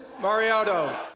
Mariotto